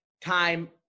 time